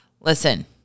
listen